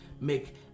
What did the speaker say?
make